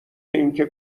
اینکه